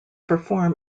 perform